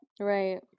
Right